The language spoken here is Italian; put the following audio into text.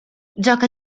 gioca